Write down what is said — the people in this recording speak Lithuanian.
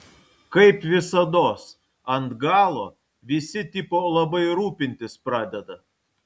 kaip visados ant galo visi tipo labai rūpintis pradeda